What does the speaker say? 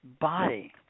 body